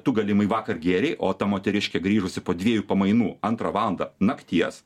tu galimai vakar gėrei o ta moteriškė grįžusi po dviejų pamainų antrą valandą nakties